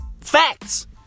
Facts